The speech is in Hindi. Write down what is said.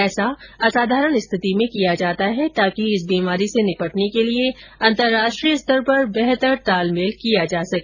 ऐसा असाधारण स्थिति में किया जाता है ताकि इस बीमारी से निपटने के लिए अंतराष्ट्रीय स्तर पर बेहतर तालमेल किया जा सके